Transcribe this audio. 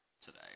today